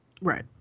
Right